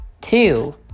two